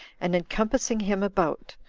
and encompassing him about,